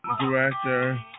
director